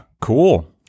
Cool